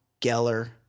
Geller